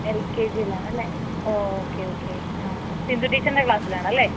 L K ജിയിലാണല്ലേ okay okay ആ സിന്ധു ടീച്ചറിന്റെ ക്ലാസ്സിലാണല്ലേ